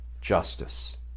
justice